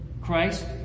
Christ